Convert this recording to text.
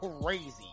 crazy